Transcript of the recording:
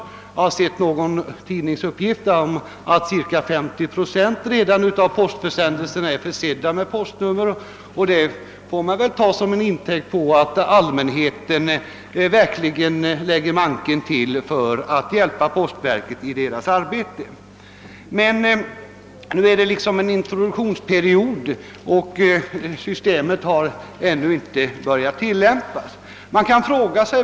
Jag har sett någon tidningsuppgift om att cirka 50 procent av postförsändelserna redan är försedda med postnummer, och det får väl tas som intäkt för att allmänheten lägger manken till för att hjälpa postverket i dess arbete. Vi befinner oss nu i en introduktionsperiod, och systemet har ännu inte börjat tillämpas.